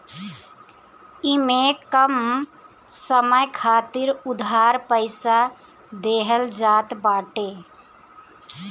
इमे कम समय खातिर उधार पईसा देहल जात बाटे